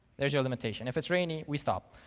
there's the limitation. if it's raining, we stop.